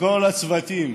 לכל הצוותים.